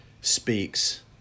speaks